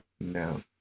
No